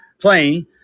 playing